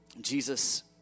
Jesus